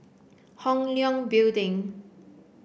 Hong Leong Building